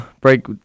break